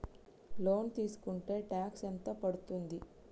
Loan తీస్కుంటే tax ఎంత పడ్తుంది?